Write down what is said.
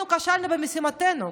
אנחנו כשלנו במשימתנו.